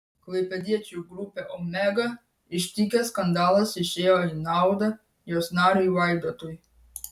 klaipėdiečių grupę omega ištikęs skandalas išėjo į naudą jos nariui vaidotui